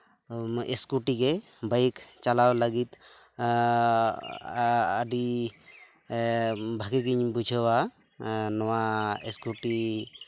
scooty ᱜᱮ bike ᱪᱟᱞᱟᱣ ᱞᱟᱹᱜᱤᱫ ᱟᱹᱰᱤ ᱵᱷᱟᱹᱜᱤ ᱜᱤᱧ ᱵᱩᱡᱷᱟᱹᱣᱟ ᱱᱚᱣᱟ ᱤᱥᱠᱩᱴᱤ